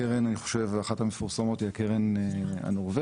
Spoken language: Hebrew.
אני חושב שאחת הקרנות המפורסמות היא הקרן הנורווגית,